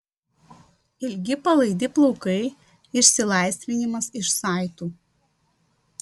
ilgi palaidi plaukai išsilaisvinimas iš saitų